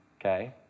okay